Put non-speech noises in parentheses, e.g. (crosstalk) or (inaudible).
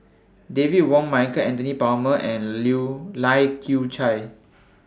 David Wong Michael Anthony Palmer and (unintelligible) Lai Kew Chai